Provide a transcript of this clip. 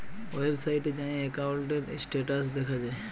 ওয়েবসাইটে যাঁয়ে একাউল্টের ইস্ট্যাটাস দ্যাখা যায়